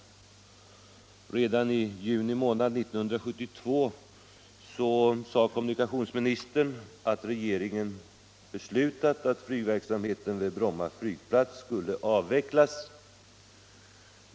Redan i juni månad 1972 sade kommunikationsministern att regeringen beslutat att Nygverksamheten vid Bromma flygplats skulle avvecklas.